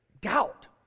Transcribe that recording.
doubt